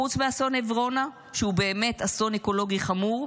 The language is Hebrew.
חוץ מאסון עברונה, שהוא באמת אסון אקולוגי חמור,